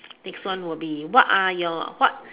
next one will be what are your what